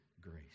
grace